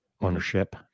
ownership